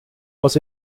was